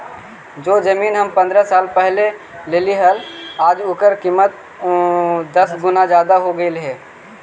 जो जमीन हम पंद्रह साल पहले लेली हल, आज उसकी कीमत दस गुना जादा हो गेलई हे